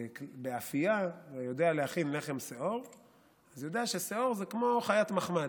באפייה ויודע להכין לחם שאור יודע ששאור זה כמו חיית מחמד,